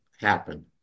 happen